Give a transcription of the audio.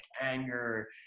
anger